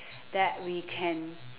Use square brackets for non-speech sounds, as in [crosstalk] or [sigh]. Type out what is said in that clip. [breath] that we can